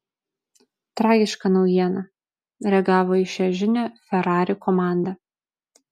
tragiška naujiena reagavo į šią žinią ferrari komanda